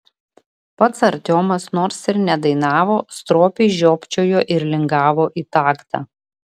pats artiomas nors ir nedainavo stropiai žiopčiojo ir lingavo į taktą